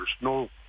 no